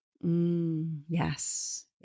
Yes